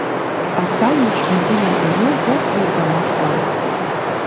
atgal į užkandinę ėjau vos vilkdama kojas